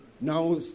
now